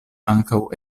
ankaŭ